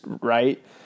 right